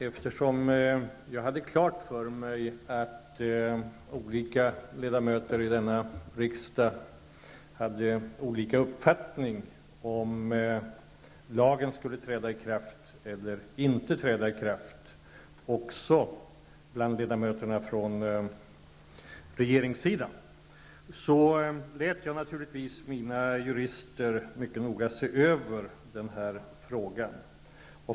Eftersom jag hade klart för mig att olika ledamöter i denna riksdag hade olika uppfattning om huruvida lagen skall träda i kraft eller inte -- det gäller också ledamöterna från regeringssidan -- lät jag mina jurister mycket noga se över den här frågan.